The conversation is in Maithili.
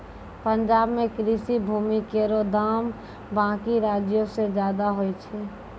पंजाब म कृषि भूमि केरो दाम बाकी राज्यो सें जादे होय छै